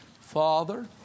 Father